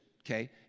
okay